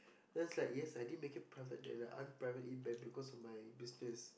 looks like yes I did make it private but unprivate it because of my business